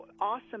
awesome